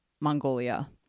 Mongolia